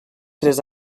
tres